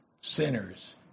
sinners